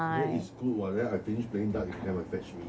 then it's good what then I finish playing dart you can come and fetch me